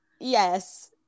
yes